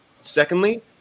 Secondly